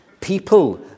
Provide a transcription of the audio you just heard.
people